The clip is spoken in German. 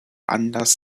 anlass